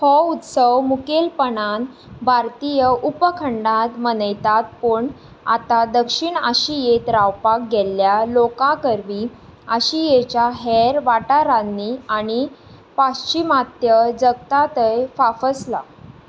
हो उत्सव मुखेलपणान भारतीय उपखंडांत मनयतात पूण आतां दक्षिण आशियेंत रावपाक गेल्ल्या लोकांकरवीं आशियेच्या हेर वाठारांनी आनी पाश्चिमात्य जगतांतय फांफसला